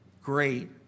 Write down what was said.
great